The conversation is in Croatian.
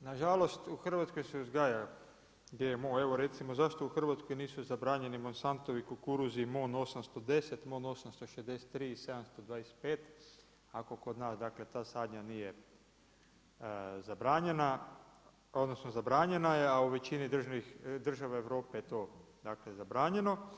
nažalost, u Hrvatskoj se uzgaja GMO, evo recimo zašto u Hrvatskoj nisu zabranjeni Monstantovi kukuruzi, MON 810, MON 863 i 725, ako kod nas dakle, ta sadnja nije zabranjena, odnosno zabranjena je, a u većini država Europe je dakle to zabranjeno.